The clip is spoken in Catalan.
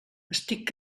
estic